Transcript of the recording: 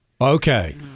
Okay